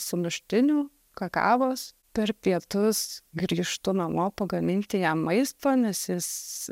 sumuštinių kakavos per pietus grįžtu namo pagaminti jam maisto nes jis